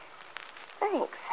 Thanks